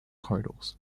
corridors